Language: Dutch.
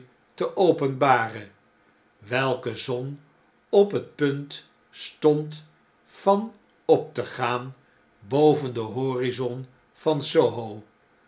te openbaren welke zon op het punt stond van op te gaan boven den horizon van